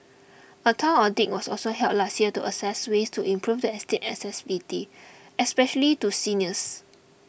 a town audit was also held last year to assess ways to improve the estate's accessibility especially to seniors